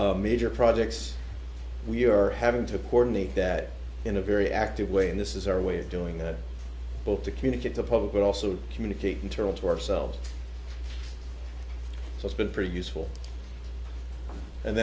repaving major projects we're having to coordinate that in a very active way and this is our way of doing that both to communicate the public but also communicate internal to ourselves so it's been pretty useful and